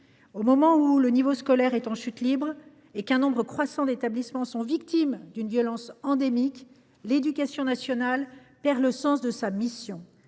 Au moment où le niveau scolaire est en chute libre et alors qu’un nombre croissant d’établissements sont victimes d’une violence endémique, l’éducation nationale perd le sens de sa mission